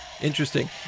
Interesting